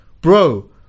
bro